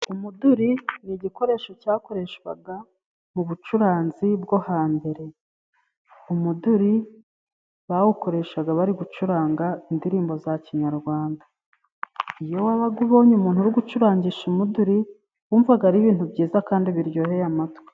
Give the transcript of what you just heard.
Umuduri ni igikoresho cyakoreshwaga mu bucuranzi bwo hambere. Umuduri bawukoreshaga bari gucuranga indirimbo za Kinyarwanda. Iyo wabaga ubonye umuntu uri gucurangisha umuduri, wumvaga ari ibintu byiza kandi biryoheye amatwi.